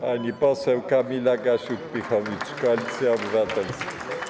Pani poseł Kamila Gasiuk-Pihowicz, Koalicja Obywatelska.